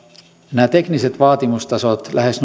nämä tekniset vaatimustasot lähes